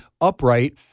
upright